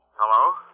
Hello